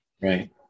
Right